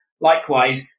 Likewise